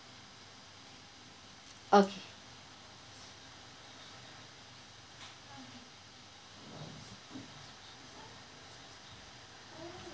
okay